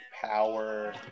power